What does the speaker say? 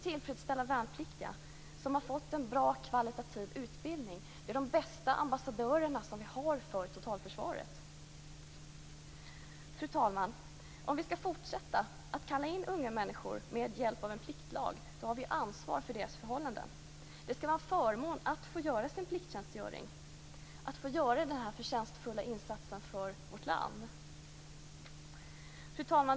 Tillfredsställda värnpliktiga som har fått en bra, kvalitativ utbildning, är de bästa ambassadörerna vi har för totalförsvaret. Fru talman! Om vi skall fortsätta kalla in unga människor med hjälp av en pliktlag har vi ansvar för deras förhållanden. Det skall vara en förmån att få göra sin plikttjänstgöring, att få göra denna förtjänstfulla insats för vårt land. Fru talman!